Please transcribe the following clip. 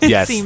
Yes